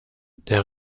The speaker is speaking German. der